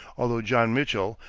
although john mitchell,